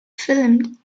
filmed